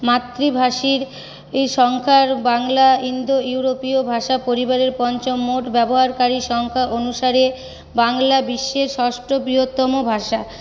মাতৃভাষীর সংখ্যার বাংলা ইন্দো ইওরোপীয় ভাষা পরিবারের পঞ্চম মোট ব্যবহারকারী সংখ্যা অনুসারে বাংলা বিশ্বের ষষ্ঠ বৃহত্তম ভাষা